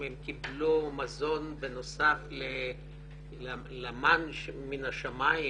האם הם קיבלו מזון בנוסף למן מין השמיים